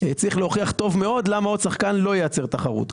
צריך להוכיח טוב מאוד למה עוד שחקן לא ייצר תחרות.